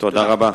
תודה רבה.